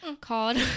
called